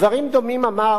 דברים דומים אמר